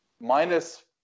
Minus